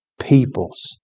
people's